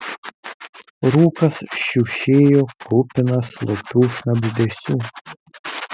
rūkas šiušėjo kupinas slopių šnabždesių